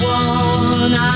one